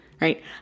right